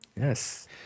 Yes